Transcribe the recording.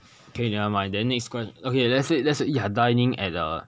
okay never mind then next ques~ okay let's say let's say you are dining at a